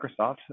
Microsoft